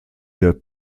der